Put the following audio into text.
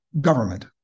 government